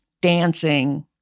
dancing